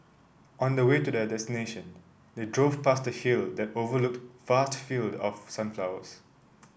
on the way to their destination they drove past a hill that overlooked vast field of sunflowers